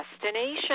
destination